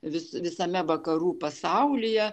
vis visame vakarų pasaulyje